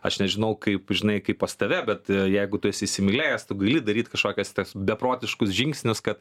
aš nežinau kaip žinai kaip pas tave bet jeigu tu esi įsimylėjęs tu gali daryt kažkokias tas beprotiškus žingsnius kad